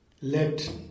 Let